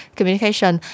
Communication